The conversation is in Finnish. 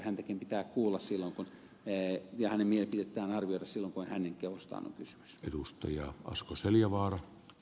häntäkin pitää kuulla ja hänen mielipidettään arvioida silloin kun hänen kehostaan on kysymys